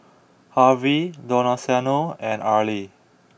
Harvey Donaciano and Arlie